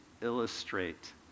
illustrate